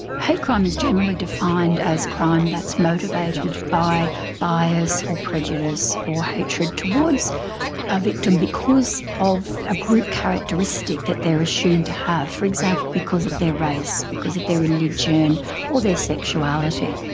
hate crime is generally defined as crime that's motivated by bias or prejudice or hatred towards a victim because of a group characteristic that they're assumed to have, for example, because of their race, because of their religion or their sexuality.